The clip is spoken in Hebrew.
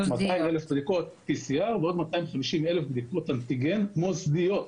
200 אלף בדיקות PCR ועוד 250 אלף בדיקות אנטיגן מוסדיות.